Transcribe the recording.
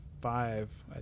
five